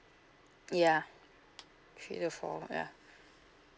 ya three to four lah ya